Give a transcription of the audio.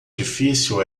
difícil